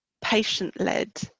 patient-led